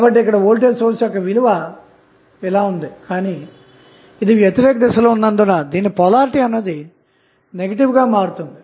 కాబట్టి ఇక్కడ voltage source యొక్క విలువ ఇలా ఉంది కానీ ఇది వ్యతిరేక దిశలో ఉన్నందున దీని పొలారిటీ అన్నది నెగటివ్ గా మారుతుంది